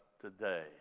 today